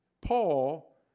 Paul